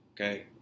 okay